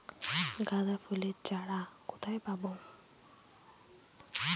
গাঁদা ফুলের চারা কোথায় পাবো?